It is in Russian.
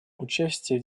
участие